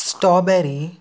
strawberry